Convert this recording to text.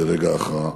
ברגע ההכרעה.